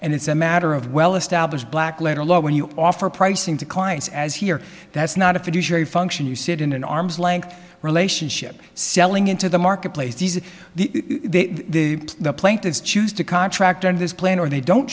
and it's a matter of well established black letter law when you offer pricing to clients as here that's not a fiduciary function you sit in an arm's length relationship selling into the marketplace these are the the plaintiffs choose to contract under this plan or they don't